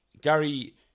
gary